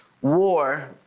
war